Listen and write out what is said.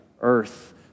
earth